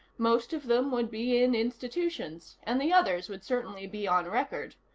most of them would be in institutions, and the others would certainly be on record.